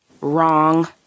wrong